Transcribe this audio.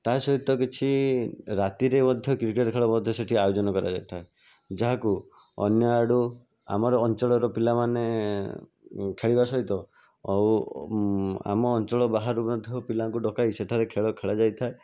ତାସହିତ କିଛି ରାତିରେ ମଧ୍ୟ କ୍ରିକେଟ ଖେଳ ମଧ୍ୟ ସେଠି ଆୟୋଜନ କରାଯାଇଥାଏ ଯାହାକୁ ଅନ୍ୟ ଆଡ଼ୁ ଆମର ଅଞ୍ଚଳର ପିଲାମାନେ ଖେଳିବା ସହିତ ଆଉ ଆମ ଅଞ୍ଚଳ ବାହାରୁ ମଧ୍ୟ ପିଲାଙ୍କୁ ଡକାଇ ସେଠାରେ ଖେଳ ଖେଳାଯାଇଥାଏ